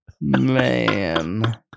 man